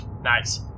Nice